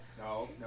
no